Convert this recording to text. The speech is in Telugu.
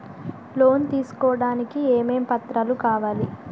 లోన్ తీసుకోడానికి ఏమేం పత్రాలు కావలెను?